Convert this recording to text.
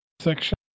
section